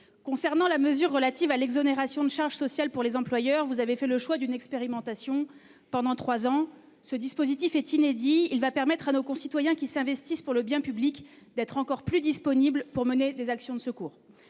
Concernant la mesure relative à l'exonération de charges sociales pour les employeurs, vous avez fait le choix d'une expérimentation pendant trois ans. Ce dispositif est inédit. Il permettra à nos concitoyens qui s'investissent pour le bien public d'être encore plus disponibles pour mener des actions de secours.